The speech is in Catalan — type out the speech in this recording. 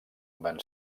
van